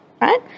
right